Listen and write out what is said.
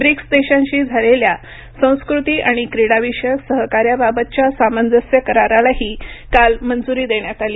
BRICS देशांशी झालेल्या संस्कृती आणि क्रीडा विषयक सहकार्याबाबतच्या सामंजस्य करारालाही काल मंजुरी देण्यात आली